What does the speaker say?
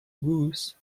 goose